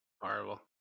Horrible